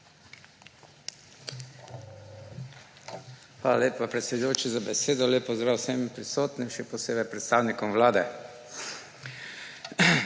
Hvala lepa, predsedujoči, za besedo. Lep pozdrav vsem prisotnim, še posebej predstavnikom Vlade!